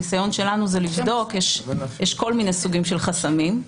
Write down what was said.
הניסיון שלנו לבדוק - יש כל מיני סוגי חסמים.